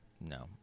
no